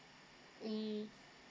mm